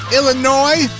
Illinois